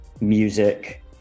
music